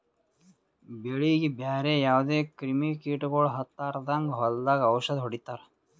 ಬೆಳೀಗಿ ಬ್ಯಾರೆ ಯಾವದೇ ಕ್ರಿಮಿ ಕೀಟಗೊಳ್ ಹತ್ತಲಾರದಂಗ್ ಹೊಲದಾಗ್ ಔಷದ್ ಹೊಡಿತಾರ